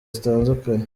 zitandukanye